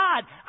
God